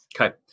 Okay